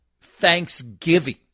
Thanksgiving